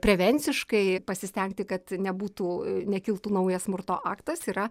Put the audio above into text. prevenciškai pasistengti kad nebūtų nekiltų naujas smurto aktas yra